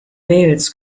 wales